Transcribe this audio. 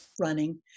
running